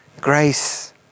Grace